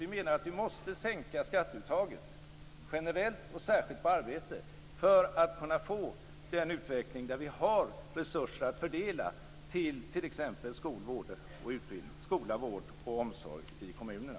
Vi menar att vi måste sänka skatteuttaget generellt och särskilt på arbete för att kunna få en utveckling där vi har resurser att fördela till t.ex. skola, vård och omsorg i kommunerna.